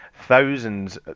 thousands